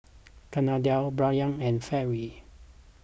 Kennedi Brion and Fairy